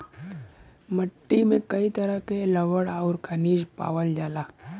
मट्टी में कई तरह के लवण आउर खनिज पावल जाला